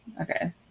okay